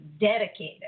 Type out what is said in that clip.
dedicated